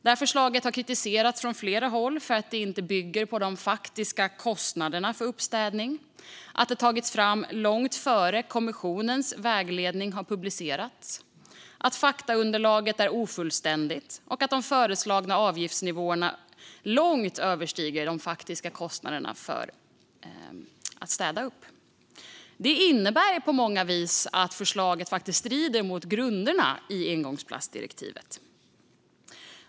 Detta förslag har kritiserats från flera håll för att det inte bygger på de faktiska kostnaderna för uppstädning, att det tagits fram långt innan kommissionens vägledning har publicerats, att faktaunderlaget är ofullständigt och att de föreslagna avgiftsnivåerna långt överstiger de faktiska kostnaderna för att städa upp. Det innebär på många vis att förslaget faktiskt strider mot grunderna i engångsplastdirektivet.